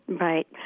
Right